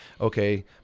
okay